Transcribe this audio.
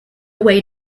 way